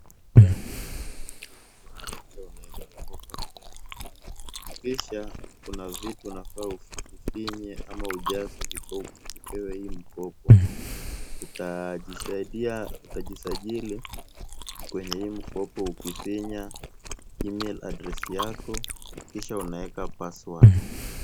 Hapa nadhani ni mahali ukiwa na shida unaweza kopa pesa. Kisha kuna vitu unafaa ufinye ama ujaze kabla upewe hii mkopo. Utajisajili kwenye hii mkopo ukifina e-mail adress yako kisha unaweka password .